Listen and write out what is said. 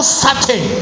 certain